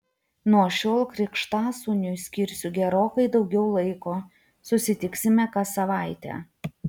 nuo šiol krikštasūniui skirsiu gerokai daugiau laiko susitiksime kas savaitę